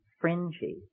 fringy